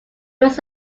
was